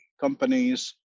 companies